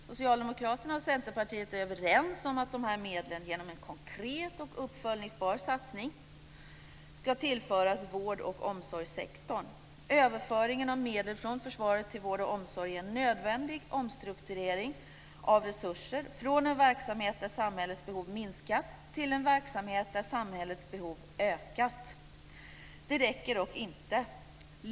Socialdemokraterna och Centerpartiet är överens om att de här medlen genom en konkret och uppföljningsbar satsning ska tillföras vård och omsorgssektorn. Överföringen av medel från försvaret till vård och omsorg är en nödvändig omstrukturering av resurser från en verksamhet där samhällets behov minskat till en verksamhet där samhällets behov ökat. Det räcker dock inte.